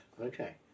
okay